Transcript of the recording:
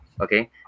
Okay